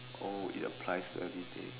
oh it applies to everyday